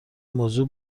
موضوع